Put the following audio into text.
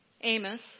Amos